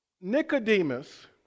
Nicodemus